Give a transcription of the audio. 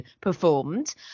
performed